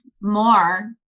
more